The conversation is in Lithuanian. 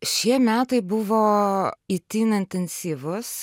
šie metai buvo itin intensyvūs